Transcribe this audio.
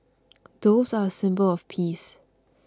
doves are a symbol of peace